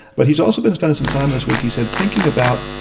but he's also been spending some time this week, he said, thinking about,